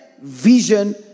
vision